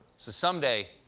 so someday,